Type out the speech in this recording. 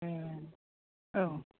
ए औ